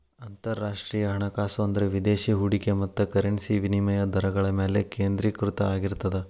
ಅಂತರರಾಷ್ಟ್ರೇಯ ಹಣಕಾಸು ಅಂದ್ರ ವಿದೇಶಿ ಹೂಡಿಕೆ ಮತ್ತ ಕರೆನ್ಸಿ ವಿನಿಮಯ ದರಗಳ ಮ್ಯಾಲೆ ಕೇಂದ್ರೇಕೃತ ಆಗಿರ್ತದ